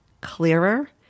clearer